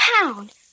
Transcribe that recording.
pound